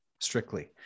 strictly